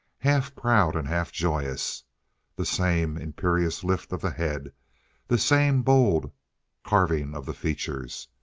half proud and half joyous the same imperious lift of the head the same bold carving of the features.